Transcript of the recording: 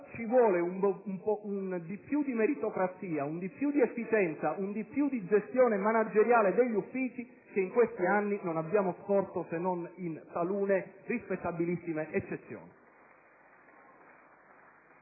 ci vuole un di più di meritocrazia, un di più di efficienza, un di più di gestione manageriale degli uffici, che in questi anni non abbiamo scorto se non in talune rispettabilissime eccezioni.